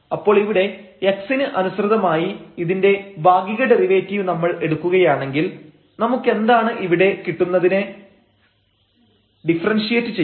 അപ്പോൾ ഇവിടെ x ന് അനുസൃതമായി ഇതിന്റെ ഭാഗിക ഡെറിവേറ്റീവ് നമ്മൾ എടുക്കുകയാണെങ്കിൽ നമുക്കെന്താണ് ഇവിടെ കിട്ടുന്നതിനെ ഡിഫറൻഷിയേറ്റ് ചെയ്യണം